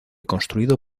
construido